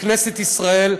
בכנסת ישראל,